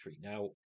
Now